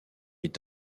est